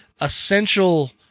essential